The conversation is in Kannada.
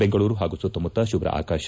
ಬೆಂಗಳೂರು ಹಾಗೂ ಸುತ್ತಮುತ್ತ ಶುಭ್ರ ಆಕಾಶ